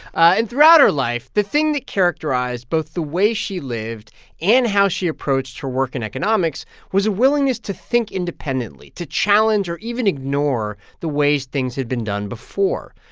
and throughout her life, the thing that characterized both the way she lived and how she approached her work in economics was a willingness to think independently, to challenge or even ignore the ways things had been done before.